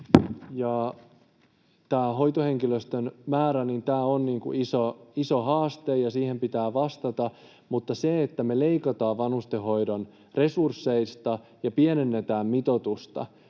Tämä hoitohenkilöstön määrä on iso haaste, ja siihen pitää vastata, mutta se, että me leikataan vanhustenhoidon resursseista ja pienennetään mitoitusta,